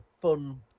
fun